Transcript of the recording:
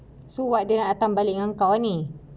so what dia datang balik dengan kau lah ni